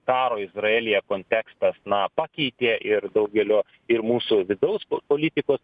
karo izraelyje kontekstas na pakeitė ir daugelio ir mūsų vidaus politikos